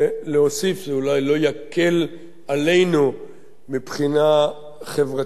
זה אולי לא יקל עלינו מבחינה חברתית וכלכלית,